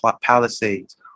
palisades